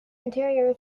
interior